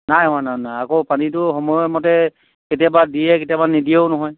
নাই হোৱা নাইয় নাই আকৌ পানীটো সময়মতে কেতিয়াবা দিয়ে কেতিয়াবা নিদিয়েও নহয়